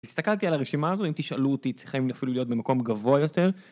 הסתכלתי על הרשימה הזו, אם תשאלו אותי הם צריכים אפילו להיות במקום גבוה יותר